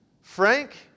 Frank